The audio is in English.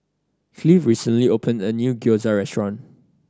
Cleve recently opened a new Gyoza Restaurant